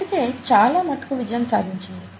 ఇప్పటికే ఇది చాలా మటుకు విజయం సాధించింది